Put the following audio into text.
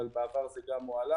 אבל בעבר זה גם הועלה,